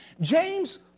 James